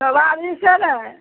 सवारी छै ने